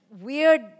weird